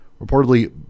Reportedly